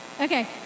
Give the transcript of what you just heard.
Okay